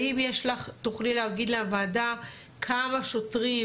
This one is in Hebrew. האם תוכלי להגיד לוועדה כמה שוטרים,